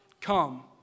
Come